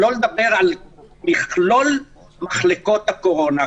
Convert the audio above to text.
שלא לדבר על מכלול מחלקות הקורונה.